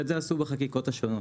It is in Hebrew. זאת עשו בחקיקות השונות.